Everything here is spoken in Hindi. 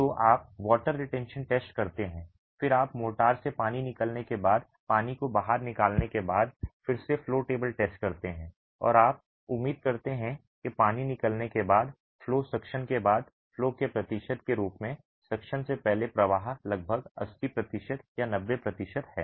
तो आप वाटर रिटेंशन टेस्ट करते हैं और फिर आप मोर्टार से पानी निकालने के बाद पानी को बाहर निकालने के बाद फिर से फ्लो टेबल टेस्ट करते हैं और आप उम्मीद करते हैं कि पानी निकालने के बाद फ्लो सक्शन के बाद फ्लो के प्रतिशत के रूप में सक्शन से पहले प्रवाह लगभग 80 प्रतिशत या 90 प्रतिशत है